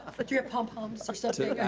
ah put your pom poms so so but yeah